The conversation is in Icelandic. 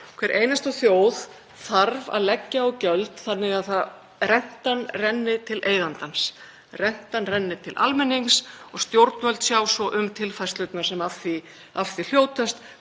hver einasta þjóð þarf að leggja á gjöld þannig að rentan renni til eigandans. Rentan renni til almennings og stjórnvöld sjái svo um tilfærslurnar sem af því hljótast,